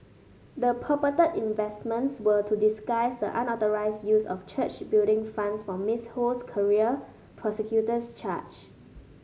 the purported investments were to disguise the unauthorised use of church Building Funds for Miss Ho's career prosecutors charge